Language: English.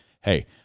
Hey